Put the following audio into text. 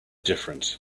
different